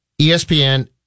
espn